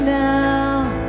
now